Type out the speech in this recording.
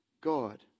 God